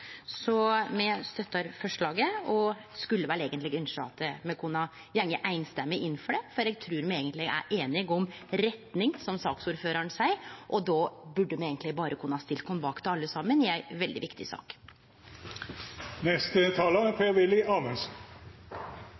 Så me støttar forslaget og skulle vel eigentleg ynskje at me kunne gått samrøystes inn for det, for eg trur me er einige om retning, som saksordføraren seier. Då burde me berre kunne stilt oss bak det alle saman, i ei veldig viktig sak. Fremskrittspartiet er